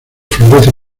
florece